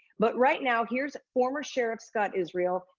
but right now here's former sheriff, scott israel,